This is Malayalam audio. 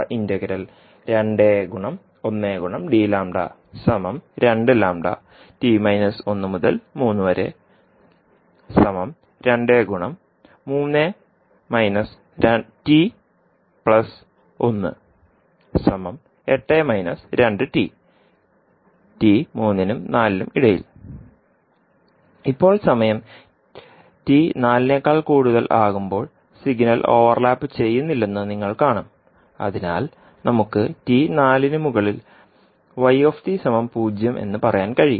ഇപ്പോൾ സമയം t 4 ആകുമ്പോൾ സിഗ്നൽ ഓവർലാപ്പ് ചെയ്യുന്നില്ലെന്ന് നിങ്ങൾ കാണും അതിനാൽ നമുക്ക് t 4 ന് എന്ന് പറയാൻ കഴിയും